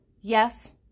Yes